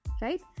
right